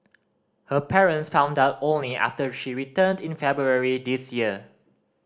her parents found out only after she returned in February this year